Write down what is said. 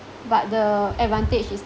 but the advantage is